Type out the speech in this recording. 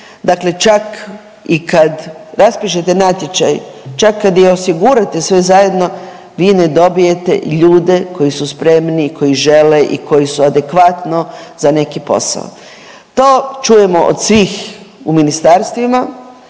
dakle čak i kad raspišete natječaj, čak kad i osigurate sve zajedno vi ne dobijete ljude koji su spremni, koji žele i koji su adekvatno za neki posao. To čujemo od svih u ministarstvima